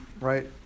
right